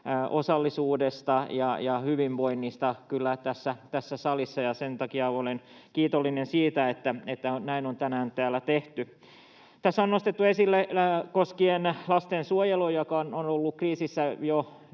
osallisuudesta ja hyvinvoinnista. Sen takia olen kiitollinen siitä, että näin on tänään täällä tehty. Tässä on nostettu esille koskien lastensuojelua, että se on ollut kriisissä jo